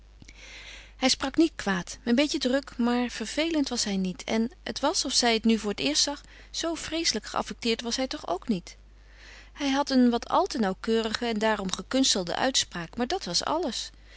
hij sprak niet kwaad een beetje druk maar vervelend was hij niet en het was of zij het nu voor het eerst zag zoo vreeselijk geaffecteerd was hij toch ook niet hij had een wat al te nauwkeurige en daarom gekunstelde uitspraak maar dat was alles